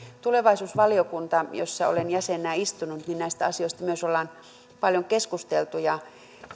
tulevaisuusvaliokunnassa jossa olen jäsenenä istunut näistä asioista myös ollaan paljon keskusteltu ja